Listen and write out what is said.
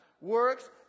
Works